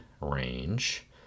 range